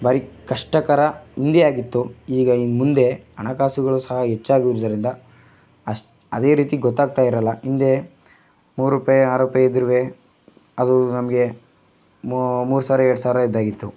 ಭಾರಿ ಕಷ್ಟಕರ ಹಿಂದೆಯಾಗಿತ್ತು ಈಗ ಮುಂದೆ ಹಣಕಾಸುಗಳು ಸಹ ಹೆಚ್ಚಾಗಿರುವುದರಿಂದ ಅಷ್ಟು ಅದೇ ರೀತಿ ಗೊತ್ತಾಗ್ತಾಯಿರಲ್ಲ ಹಿಂದೆ ಮೂರು ರೂಪಾಯಿ ಆರು ರೂಪಾಯಿ ಇದ್ದರೂ ಅದು ನಮಗೆ ಮೂರ್ಸಾವ್ರ ಎರಡ್ಸಾವ್ರ ಇದ್ದಾಗಿತ್ತು